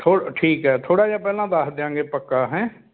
ਥੋ ਠੀਕ ਹੈ ਥੋੜ੍ਹਾ ਜਿਹਾ ਪਹਿਲਾਂ ਦੱਸ ਦਿਆਂਗੇ ਪੱਕਾ ਹੈਂ